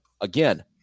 again